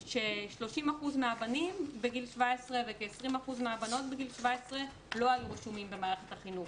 30% מהבנים בגיל 17 וכ-20% מהבנות בגיל 17 לא היו רשומים במערכת החינוך.